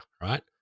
right